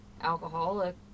alcoholic